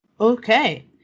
Okay